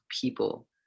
people